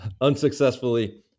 unsuccessfully